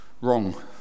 Wrong